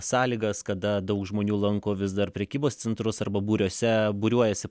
sąlygas kada daug žmonių lanko vis dar prekybos centrus arba būriuose būriuojasi